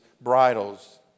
bridles